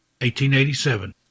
1887